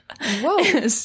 Whoa